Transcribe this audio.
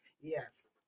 yes